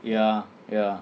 ya ya